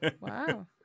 Wow